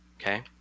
Okay